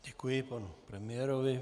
Děkuji panu premiérovi.